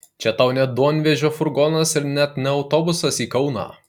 čia tau ne duonvežio furgonas ir net ne autobusas į kauną